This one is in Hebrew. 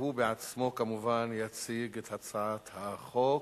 והוא בעצמו, כמובן, יציג את הצעת החוק,